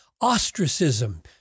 ostracism